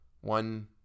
One